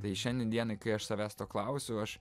tai šiandien dienai kai aš savęs to klausiu aš